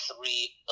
three